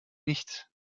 nicht